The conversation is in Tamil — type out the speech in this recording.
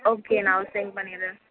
ஓகே நான் வந்து செண்ட் பண்ணிடுறேன்